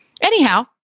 Anyhow